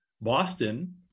Boston